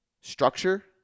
structure